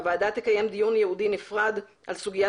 הוועדה תקיים דיון ייעודי נפרד על סוגיית